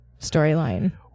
storyline